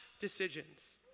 decisions